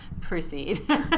Proceed